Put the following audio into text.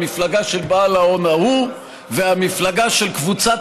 המפלגה של בעל ההון ההוא ומפלגה שקבוצת